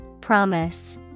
Promise